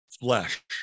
flesh